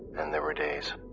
and there were days,